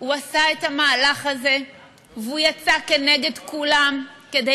הוא עשה את המהלך הזה והוא יצא כנגד כולם כדי